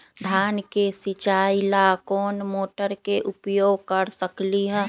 धान के सिचाई ला कोंन मोटर के उपयोग कर सकली ह?